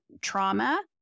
trauma